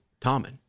Tommen